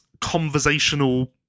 conversational